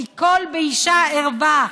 כי קול באישה ערווה.